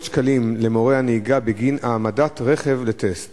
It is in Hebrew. שקלים למורי הנהיגה בגין העמדת רכב לטסט